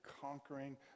conquering